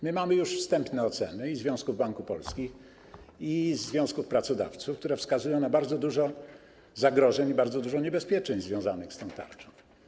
Mamy już wstępne oceny Związku Banków Polskich i związku pracodawców, które wskazują na bardzo dużo zagrożeń i bardzo dużo niebezpieczeństw związanych z tą tarczą.